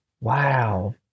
wow